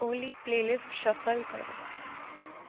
ઓલી playlist shuffle કરો